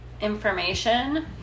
information